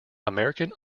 american